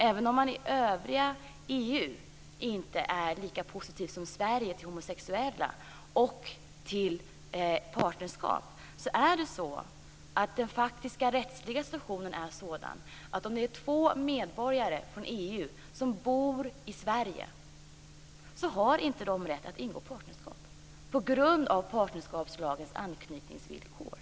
Trots att man i övriga EU-länder inte är lika positiv som i Sverige till homosexuella och till partnerskap är den faktiska rättsliga situationen sådan, att två EU medborgare som bor i Sverige inte har rätt att ingå partnerskap på grund av partnerskapslagens anknytningsvillkor.